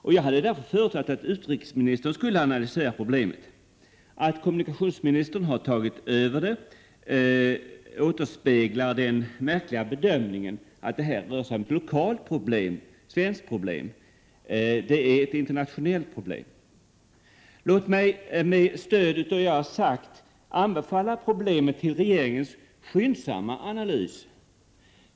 Jag förutsatte därför att utrikesministern skulle analysera problemet. Att kommunikationsministern har tagit över frågan återspeglar den märkliga bedömningen att det här skulle röra sig om ett svenskt problem. Det är i stället ett internationellt problem. Låt mig med stöd av vad jag här har sagt anbefalla problemet till regeringens skyndsamma analys.